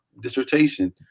dissertation